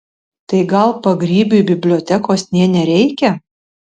tai gal pagrybiui bibliotekos nė nereikia